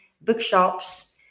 bookshops